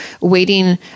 waiting